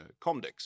Comdex